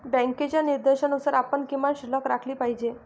बँकेच्या निर्देशानुसार आपण किमान शिल्लक राखली पाहिजे